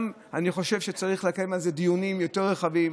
אני חושב שצריך לקיים על זה דיונים יותר רחבים,